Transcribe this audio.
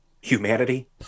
humanity